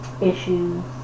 issues